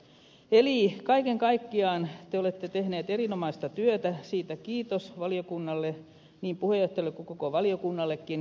eli kaiken kaikkiaan te olette tehneet erinomaista työtä siitä kiitos valiokunnalle niin puheenjohtajalle kuin koko valiokunnallekin